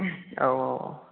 औ औ औ